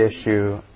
issue